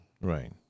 right